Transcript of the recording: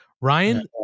Ryan